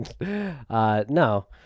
No